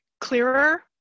clearer